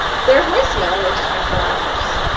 their voicemail works twenty four hours,